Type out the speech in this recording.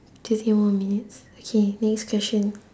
thirty more minutes okay next question